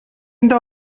инде